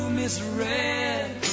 misread